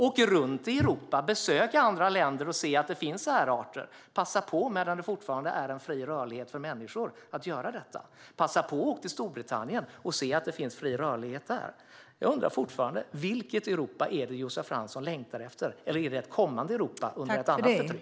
Åk runt i Europa och besök andra länder och se att det finns särarter! Passa på att göra detta medan det fortfarande råder fri rörlighet för människor! Passa på att åka till Storbritannien och se att det finns fri rörlighet där! Jag undrar fortfarande vilket Europa det är Josef Fransson längtar efter. Är det ett kommande Europa under ett annat förtryck?